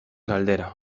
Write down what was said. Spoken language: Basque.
galdera